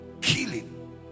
killing